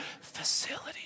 facility